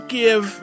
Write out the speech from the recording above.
give